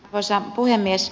arvoisa puhemies